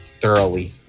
thoroughly